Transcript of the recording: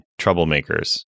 troublemakers